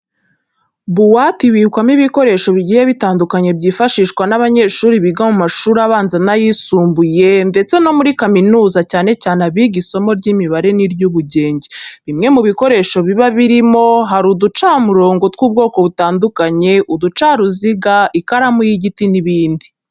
Buwate ibikwamo ibikoresho bigiye bitandukanye byifashishwa n'abanyshuri biga mu mashuri abanza n'ayisumbuye ndetse no muri kaminuza cyane cyane abiga isomo ry'imibare n'iry'ubugenge. Bimwe mu bikoresho biba birimo hari uducamurongo tw'ubwoko butandukanye, uducaruziga, ikaramu y'igiti n'ibindi.